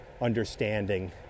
understanding